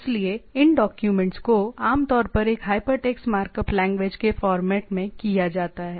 इसलिए इन डाक्यूमेंट्स को आम तौर पर एक हाइपरटेक्स्ट मार्कअप लैंग्वेज के फॉर्मेट में किया जाता है